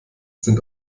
sind